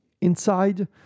inside